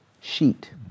sheet